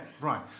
Right